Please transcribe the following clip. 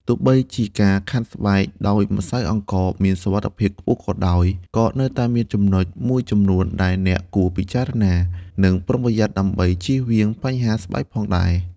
ទោះបីជាការខាត់ស្បែកដោយម្សៅអង្ករមានសុវត្ថិភាពខ្ពស់ក៏ដោយ ក៏នៅតែមានចំណុចមួយចំនួនដែលអ្នកគួរពិចារណា និងប្រុងប្រយ័ត្នដើម្បីជៀសវាងបញ្ហាស្បែកផងដែរ។